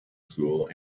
school